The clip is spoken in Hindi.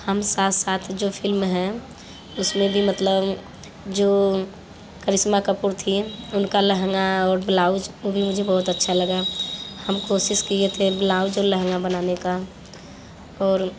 हम साथ साथ है जो फ़िल्म हैं उसमें भी मतलब जो करिश्मा कपूर थीं उनका लहंगा और ब्लाउज़ वह भी मुझे बहुत अच्छा लगा हम कोशिश किए थे ब्लाउज़ और लहंगा बनाने का और